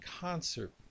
concert